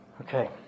Okay